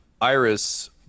Iris